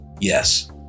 yes